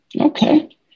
Okay